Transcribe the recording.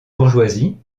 bourgeoisie